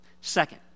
Second